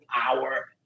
power